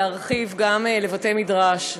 להרחיב גם לבתי-מדרש,